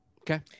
Okay